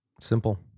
Simple